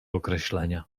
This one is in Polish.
określenia